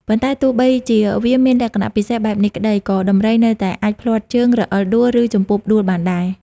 ប៉ុន្តែទោះបីជាវាមានលក្ខណៈពិសេសបែបនេះក្ដី ក៏ដំរីនៅតែអាចភ្លាត់ជើង រអិលដួល ឬជំពប់ដួលបានដែរ។